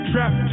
Trap